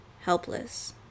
helpless